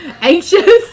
anxious